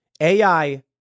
AI